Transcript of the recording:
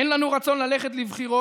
אין לנו רצון ללכת לבחירות.